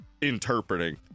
interpreting